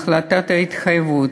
הטלת התחייבות